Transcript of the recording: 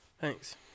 Thanks